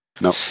no